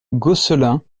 gosselin